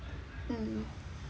mm